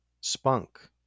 spunk